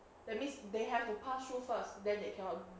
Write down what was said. that means they have to pass through first then they cannot